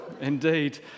Indeed